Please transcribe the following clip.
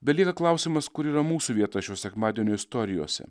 belieka klausimas kur yra mūsų vieta šio sekmadienio istorijose